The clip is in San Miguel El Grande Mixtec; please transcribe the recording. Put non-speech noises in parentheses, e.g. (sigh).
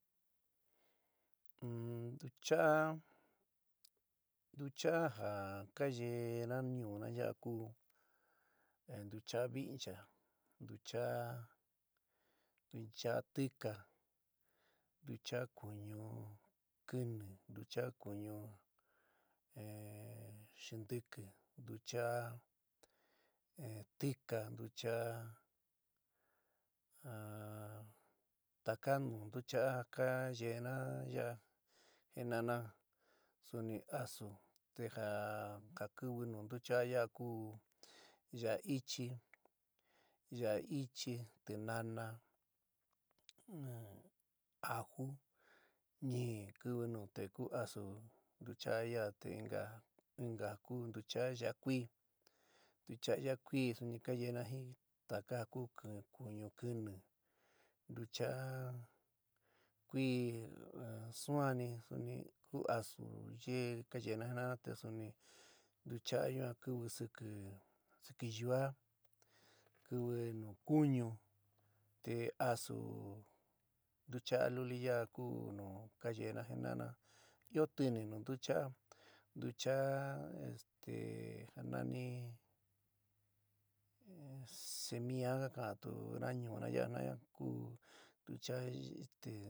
In ntucha'á, ntucha'á ja kayeéna ñuúna yaa ku ntucha'á vincha, ntucha'á tika, ntucha'á kuñu kɨnɨ, ntucha'á kuñu (hesitation) xintiki, ntucha'á (hesitation) tika, ntucha'á, (hesitation) taka nu ntucha'á ja ka yeéna yaa jina'ana suni asu te ja kiwi nu ntuchaá ku: yaá ichɨ, yaá ichɨ, tinána, aju, nɨɨ kiwi nu te ku asu ntucha'á ya'a te inka inka ja ku ntucha'á yaá kuí, ntuchaá yaa kui suni ka yeéna jin taka ja ku kuñu kini ntucha'á kuí suanni suni ku asu yeé ka yeena jina'ana te suni ntucha'a yuan kiwi siki, siki yuaá, kiwi nu kuñu te asu ntucha'á luli yaa ku nu ka yeéna jina'ana ɨó tɨnɨ nu ntucha'á, ntucha'á este ja nani semía ka ka'antuna ñuúna ya'a jina'ana ku ntucha este.